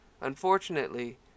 Unfortunately